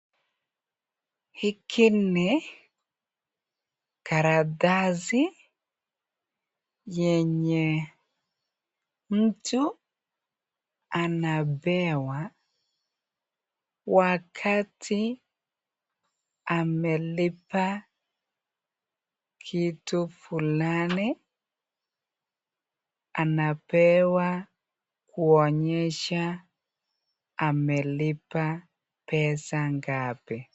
Hiki ni karatasi yenye mtu anapewa wakati amelipa kitu fulani anapewa kuonyesha amelipa pesa ngapi.